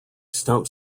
stump